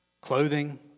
clothing